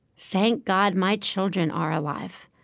thank god my children are alive.